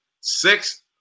six